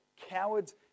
cowards